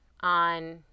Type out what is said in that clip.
on